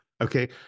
Okay